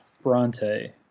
Bronte